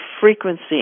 frequency